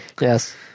Yes